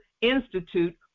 Institute